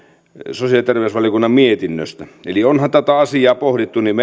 sosiaali ja terveysvaliokunnan mietinnöstä eli onhan tätä asiaa pohdittu niin